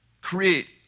create